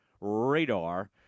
radar